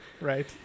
right